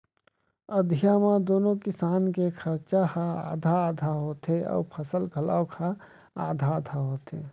अधिया म दूनो किसान के खरचा ह आधा आधा होथे अउ फसल घलौक ह आधा आधा होथे